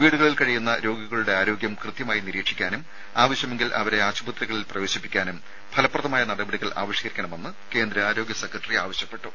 വീടുകളിൽ കഴിയുന്ന രോഗികളുടെ ആരോഗ്യം കൃത്യമായി നിരീക്ഷിക്കാനും ആവശ്യമെങ്കിൽ അവരെ ആശുപത്രിയിൽ പ്രവേശിപ്പിക്കാനും ഫലപ്രദമായ നടപടികൾ ആവിഷ്കരിക്കണമെന്ന് കേന്ദ്ര ആരോഗ്യ സെക്രട്ടറി ആവശ്യപ്പെട്ടു